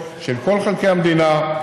לא מזמן ביקרתי בכפר רג'ר.